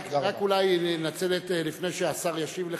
רק אולי לנצל, לפני שהשר ישיב לך: